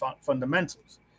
fundamentals